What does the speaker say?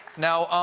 now,